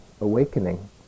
awakening